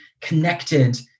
connected